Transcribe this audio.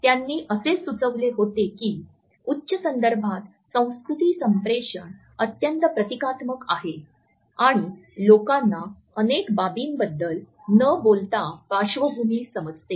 त्यांनी असे सुचवले होते की उच्च संदर्भात संस्कृती संप्रेषण अत्यंत प्रतीकात्मक आहे आणि लोकांना अनेक बाबींबद्दल न बोलता पार्श्वभूमी समजते